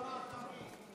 לא אמרת מי.